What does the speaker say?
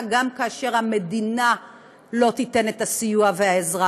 גם אם המדינה לא תיתן את הסיוע והעזרה.